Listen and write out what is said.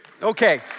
Okay